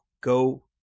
go